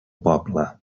poble